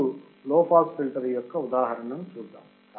ఇప్పుడు low pass filter యొక్క ఉదాహరణను చూద్దాం